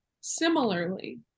Similarly